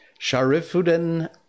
Sharifuddin